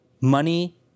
money